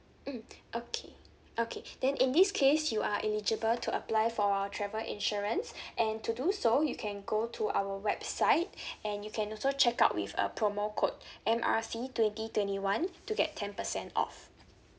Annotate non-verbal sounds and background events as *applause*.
mm okay okay then in this case you are eligible to apply for our travel insurance and to do so you can go to our website *breath* and you can also check out with a promo code M R C twenty twenty one to get ten percent off